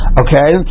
okay